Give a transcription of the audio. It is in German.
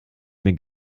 mir